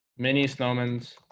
mini snowman's